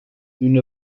une